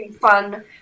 fun